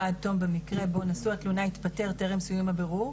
עד תום במקרה בו נשוא התלונה התפטר טרם סיום הבירור,